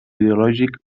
ideològic